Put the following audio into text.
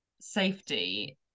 safety